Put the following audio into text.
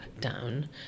down